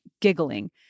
giggling